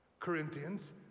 Corinthians